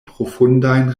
profundajn